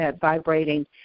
vibrating